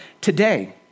today